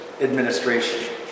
administration